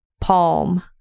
palm